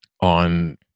on